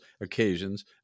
occasions